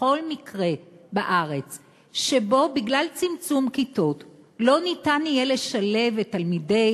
בכל מקרה בארץ שבגלל צמצום כיתות לא ניתן יהיה לשלב את תלמידי